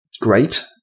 great